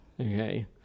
Okay